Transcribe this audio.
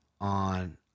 on